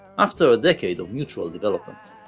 after a decade of mutual development.